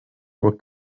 were